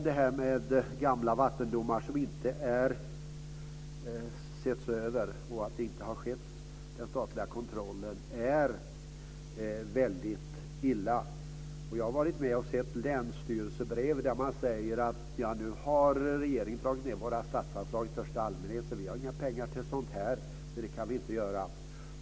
Det här med att gamla vattendomar inte har setts över och att den statliga kontrollen inte har skett är väldigt illa. Jag har varit med och sett länsstyrelsebrev där man säger: Nu har regeringen dragit ned våra statsanslag i största allmänhet, så vi har inga pengar till sådant här, så det kan vi inte göra.